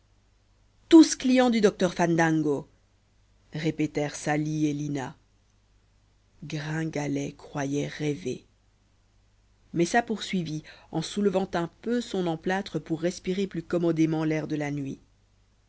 tous clients du docteur fandango répétèrent sali et lina gringalet croyait rêver messa poursuivit en soulevant un peu son emplâtre pour respirer plus commodément l'air de la nuit